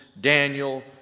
Daniel